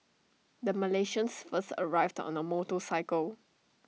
the Malaysians first arrived on A motorcycle